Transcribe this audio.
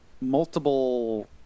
multiple